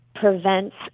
prevents